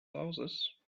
louses